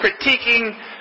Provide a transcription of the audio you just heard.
critiquing